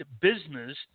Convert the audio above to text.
business